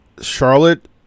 Charlotte